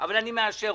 אבל אני מאשר.